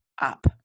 up